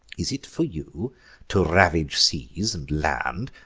is it for you to ravage seas and land,